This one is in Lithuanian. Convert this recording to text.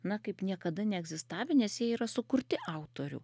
na kaip niekada neegzistavę nes jie yra sukurti autorių